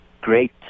great